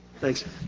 Thanks